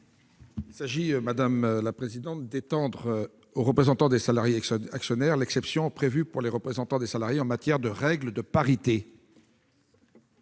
Il s'agit d'étendre aux représentants des salariés actionnaires l'exception prévue pour les représentants des salariés en matière de règles de parité.